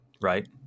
right